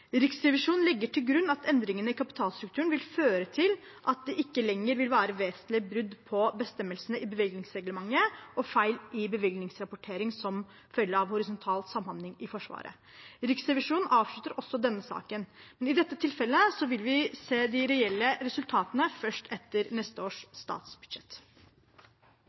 Riksrevisjonen legger til grunn at endringene i kapittelstrukturen vil føre til at det ikke lenger vil være vesentlige brudd på bestemmelsene i bevilgningsreglementet og feil i bevilgningsrapportering som følge av horisontal samhandling i Forsvaret. Riksrevisjonen avslutter også denne saken, men i dette tilfellet vil vi se de reelle resultatene først etter neste års statsbudsjett.